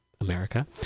America